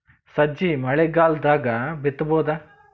ಸಜ್ಜಿ ಮಳಿಗಾಲ್ ದಾಗ್ ಬಿತಬೋದ?